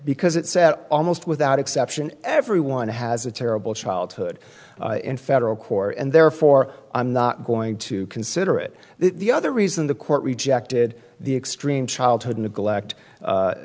because it said almost without exception everyone has a terrible childhood in federal court and therefore i'm not going to consider it the other reason the court rejected the extreme childhood neglect